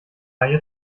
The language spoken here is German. ihr